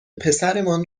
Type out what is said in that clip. پسرمان